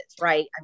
right